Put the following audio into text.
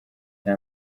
nta